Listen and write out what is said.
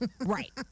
Right